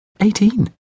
Eighteen